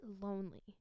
lonely